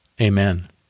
Amen